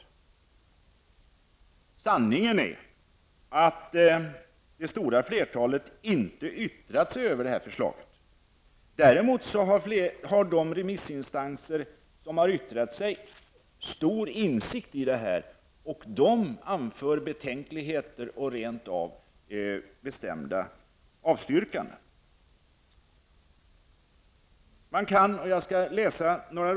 Men sanningen är den att ''det stora flertalet'' inte har yttrat sig över förslaget. Däremot har de remissinstanser som verkligen har yttrat sig stor insikt här. Man anför betänkligheter. Ja, man avstyrker rent av bestämt.